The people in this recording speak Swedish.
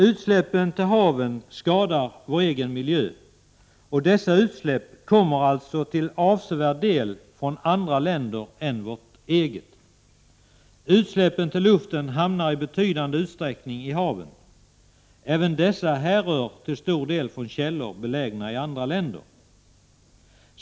Utsläppen till haven skadar vår egen miljö, och dessa utsläpp kommer alltså till avsevärd del från andra länder än vårt eget. Utsläppen till luften hamnar i betydande utsträckning i haven. Även dessa härrör till stor del från källor belägna i andra länder.